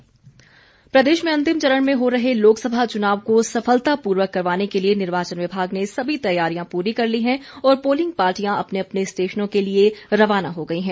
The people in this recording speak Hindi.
पोलिंग पार्टियां प्रदेश में अंतिम चरण में हो रहे लोकसभा चुनाव को सफलतापूर्वक करवाने के लिए निर्वाचन विभाग ने सभी तैयारियां पूरी कर ली हैं और पोलिंग पार्टियां अपने अपने स्टेशनों के लिए रवाना हो गई हैं